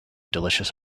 delicious